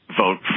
vote